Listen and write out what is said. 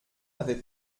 avait